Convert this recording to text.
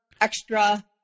extra